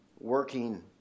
working